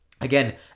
again